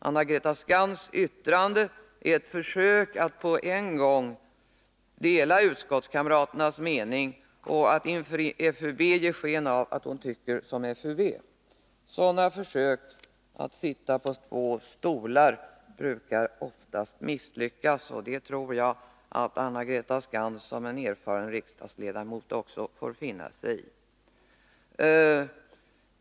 Anna-Greta Skantz yttrande är ett försök att på en gång dela utskottskamraternas mening och inför FUB ge sken av att hon tycker som FUB. Sådana försök att sitta på två stolar brukar misslyckas, och jag tror att Anna-Greta Skantz som en erfaren riksdagsledamot inser det.